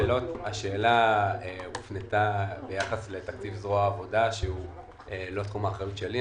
השאלה הופנתה ביחס לתקציב זרוע העבודה שהוא לא תחום האחריות שלי,